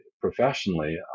professionally